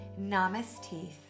Namaste